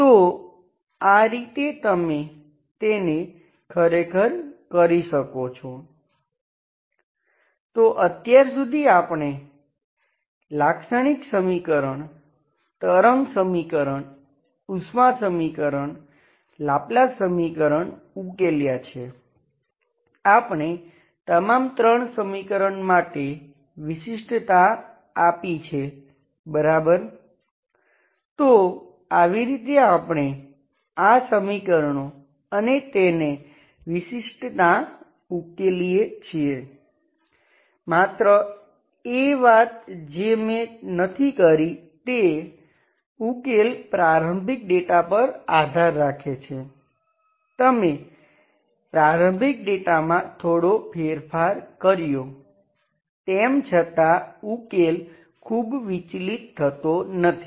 તો આ રીતે તમે તેને ખરેખર કરી શકો છો તો અત્યાર સુધી આપણે લાક્ષણિક સમીકરણ તરંગ સમીકરણ કર્યો તેમ છતાં ઉકેલ ખૂબ વિચલિત થતો નથી